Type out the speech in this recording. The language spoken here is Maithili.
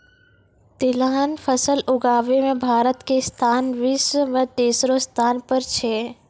तिलहन फसल उगाबै मॅ भारत के स्थान विश्व मॅ तेसरो स्थान पर छै